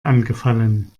angefallen